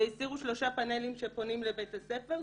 והסירו שלושה פאנלים שפונים לבית הספר.